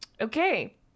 okay